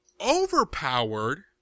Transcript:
overpowered